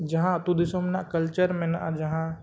ᱡᱟᱦᱟᱸ ᱟᱹᱛᱩ ᱫᱤᱥᱚᱢ ᱨᱮᱱᱟᱜ ᱢᱮᱱᱟᱜᱼᱟ